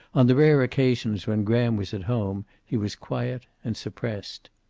on the rare occasions when graham was at home he was quiet and suppressed.